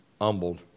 humbled